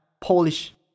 Polish